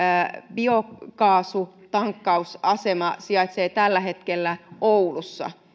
biokaasuntankkausasema sijaitsee tällä hetkellä oulussa